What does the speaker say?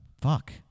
Fuck